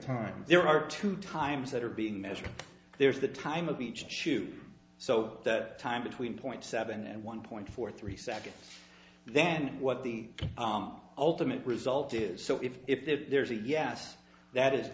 time there are two times that are being measured there is the time of each two so that time between point seven and one point four three seconds then what the ultimate result is so if if there's a yes that is